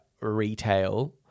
retail